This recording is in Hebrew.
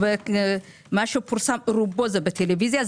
או מה שפורסם רובו זה בטלוויזיה,